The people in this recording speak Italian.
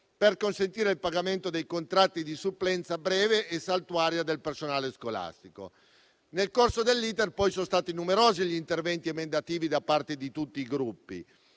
per consentire il pagamento dei contratti di supplenza breve e saltuaria del personale scolastico. Nel corso dell’iter sono stati numerosi gli interventi emendativi da parte di tutti i Gruppi.